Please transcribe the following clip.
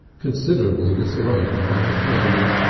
considerably disarranged by her climbing,